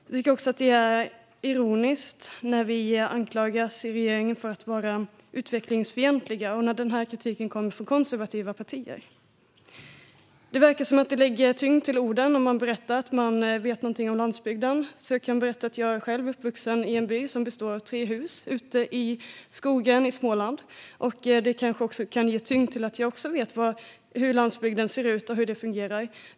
Jag tycker att det är ironiskt när vi i regeringen anklagas för att vara utvecklingsfientliga och när den kritiken kommer från konservativa partier. Det verkar som att det lägger tyngd till orden om man berättar att man vet någonting om landsbygden, så jag kan berätta att jag själv är uppvuxen i en by som består av tre hus ute i skogen i Småland. Det kanske också kan ge tyngd till att jag också vet hur landsbygden ser ut och fungerar.